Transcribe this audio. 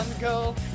go